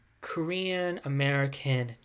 Korean-American